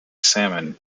salmon